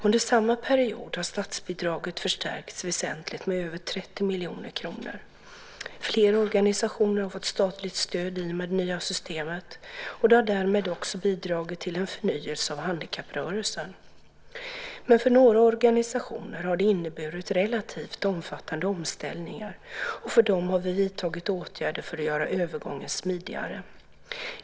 Under samma period har statsbidraget förstärkts väsentligt med över 30 miljoner kronor. Fler organisationer har fått statligt stöd i och med det nya systemet. Det har därmed också bidragit till en förnyelse av handikapprörelsen. Men för några organisationer har det inneburit relativt omfattande omställningar. För dem har vi vidtagit åtgärder för att göra övergången smidigare.